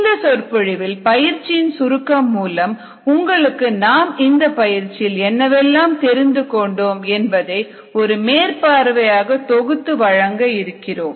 இந்த சொற்பொழிவில் பயிற்சியின் சுருக்கம் மூலம் உங்களுக்கு நாம் இந்த பயிற்சியில் என்னவெல்லாம் தெரிந்து கொண்டோம் என்பதை ஒரு மேற்பார்வையாக தொகுத்து வழங்க இருக்கிறோம்